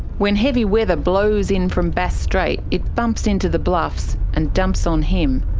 when heavy weather blows in from bass strait it bumps into the bluffs and dumps on him.